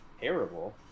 terrible